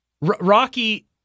Rocky